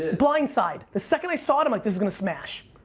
blindside, the second i saw it i'm like, this is gonna smash.